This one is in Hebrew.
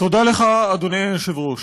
תודה לך, אדוני היושב-ראש,